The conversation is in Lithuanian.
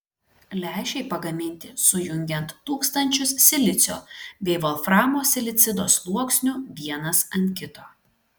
lęšiai pagaminti sujungiant tūkstančius silicio bei volframo silicido sluoksnių vienas ant kito